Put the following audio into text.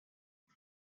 mir